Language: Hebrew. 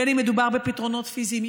בין אם מדובר בפתרונות פיזיים.